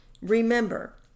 Remember